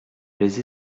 les